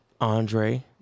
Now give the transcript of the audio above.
Andre